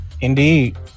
Indeed